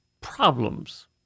problems